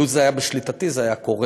לו זה היה בשליטתי זה היה קורה.